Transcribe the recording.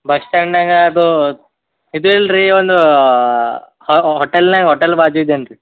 bus ಸ್ಟ್ಯಾಂಡ್ನ್ಯಾಗೆ ಅದು ಇದಿಲ್ವ ರೀ ಒಂದು ಹೊಟೆಲ್ನಾಗೆ ಹೊಟೇಲ್ ಬಾಜು ಇದ್ದೇನೆ ರೀ